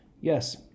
Yes